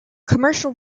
commercial